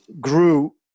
grew